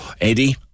Eddie